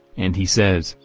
and he says,